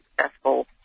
successful